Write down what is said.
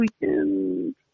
weekend